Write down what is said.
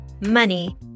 money